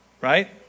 right